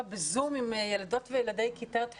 ב-זום עם ילדות וילדי כיתות ה'-ו'.